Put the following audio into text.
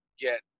get